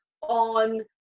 on